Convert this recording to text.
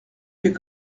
fait